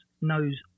knows